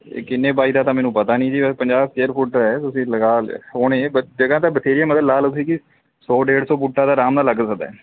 ਇਹ ਕਿੰਨੇ ਬਾਏ ਦਾ ਤਾਂ ਮੈਨੂੰ ਪਤਾ ਨਹੀਂ ਜੀ ਪੰਜਾਹ ਸਕੁਏਅਰ ਫੁੱਟ ਹੈ ਤੁਸੀਂ ਲਗਾ ਬਸ ਜਗ੍ਹਾ ਤਾਂ ਬਥੇਰੀ ਆ ਮਤਲਬ ਲਾ ਲਓ ਤੁਸੀਂ ਕਿ ਸੌ ਡੇਢ ਸੌ ਬੂਟਾ ਤਾਂ ਅਰਾਮ ਨਾਲ ਲੱਗ ਸਕਦਾ